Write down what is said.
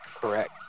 Correct